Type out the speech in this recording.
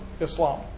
Islam